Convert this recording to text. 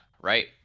right